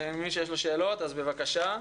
מי שיש לו שאלות, בבקשה.